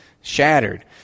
shattered